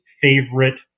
favorite